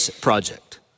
project